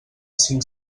cinc